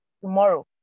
tomorrow